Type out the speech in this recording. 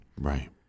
Right